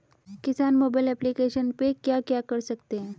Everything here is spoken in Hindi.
किसान मोबाइल एप्लिकेशन पे क्या क्या कर सकते हैं?